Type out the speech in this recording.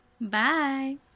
Bye